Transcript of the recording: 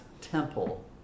temple